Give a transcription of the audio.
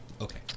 Okay